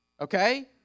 Okay